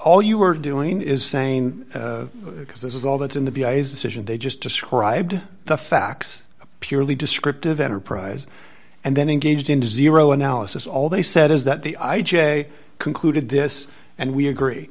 all you are doing is saying because this is all that in the b i's decision they just described the facts purely descriptive enterprise and then engaged in zero analysis all they said is that the i j concluded this and we agree